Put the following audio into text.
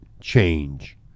change